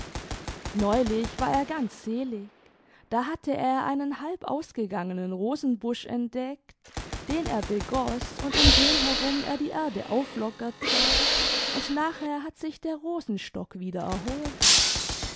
neulich war er ganz selige da hatte er einen halb ausgegangeoien rosenbusch entdeckt den er begoß und um den herum er die erde auflockerte und nachher hat sich der rosenstock wieder erholt